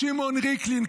שמעון ריקלין,